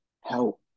help